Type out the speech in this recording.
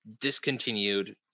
discontinued